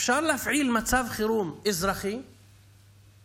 אפשר להפעיל מצב חירום אזרחי מידתי